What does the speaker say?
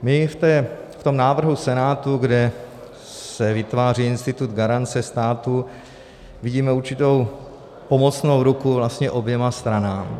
My v tom návrhu Senátu, kde se vytváří institut garance státu, vidíme určitou pomocnou ruku vlastně oběma stranám.